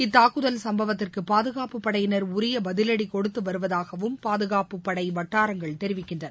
இத்தாக்குதல் சம்பவத்திற்கு பாதுகாப்புப் படையினர் உரிய பதிவடி கொடுத்து வருவதாகவும் பாதுகாப்புப்படை வட்டாரங்கள் தெரிவிக்கின்றன